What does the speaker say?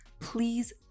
please